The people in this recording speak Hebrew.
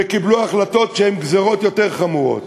וקיבלו החלטות שהן גזירות יותר חמורות,